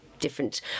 different